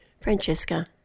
Francesca